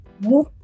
move